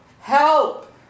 Help